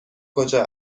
کجا